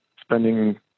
spending